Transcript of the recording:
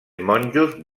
monjos